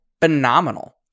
phenomenal